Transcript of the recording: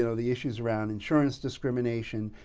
you know the issues around insurance discrimination.